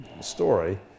story